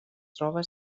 troba